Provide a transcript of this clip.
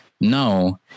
No